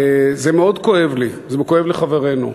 זה מאוד כואב לי, זה כואב לחברינו.